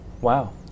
Wow